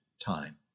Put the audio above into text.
time